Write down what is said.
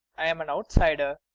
i'm an outsider.